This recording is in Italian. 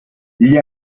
gli